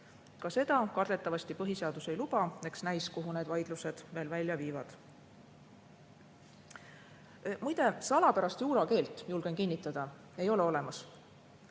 Ka seda kardetavasti põhiseadus ei luba. Eks näis, kuhu need vaidlused veel välja viivad. Muide, salapärast juura keelt, julgen kinnitada, ei ole olemas.